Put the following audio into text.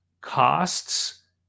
Costs